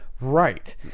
right